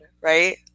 right